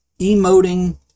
emoting